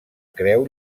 creu